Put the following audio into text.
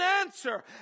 answer